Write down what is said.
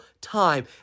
time